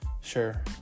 Sure